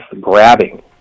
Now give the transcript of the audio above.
grabbing